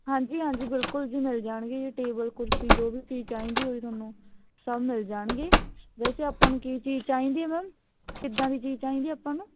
ਹਾਂਜੀ ਹਾਂਜੀ ਬਿਲਕੁਲ ਜੀ ਮਿਲ ਜਾਣਗੇ ਜੀ ਟੇਬਲ ਕੁਰਸੀ ਜੋ ਵੀ ਚੀਜ਼ ਚਾਹੀਦੀ ਹੋਈ ਤੁਹਾਨੂੰ ਸਭ ਮਿਲ ਜਾਣਗੇ ਵੈਸੇ ਆਪਾਂ ਨੂੰ ਕੀ ਚੀਜ਼ ਚਾਹੀਦੀ ਮੈਮ ਕਿੱਦਾਂ ਦੀ ਚੀਜ਼ ਚਾਹੀਦੀ ਆਪਾਂ ਨੂੰ